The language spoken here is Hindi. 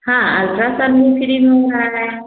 हाँ अल्ट्रासाउंड भी फ़्री में हो रहा है